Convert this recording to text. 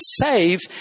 saved